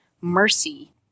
Mercy